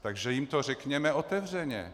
Takže jim to řekněme otevřeně.